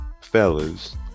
fellas